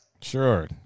Sure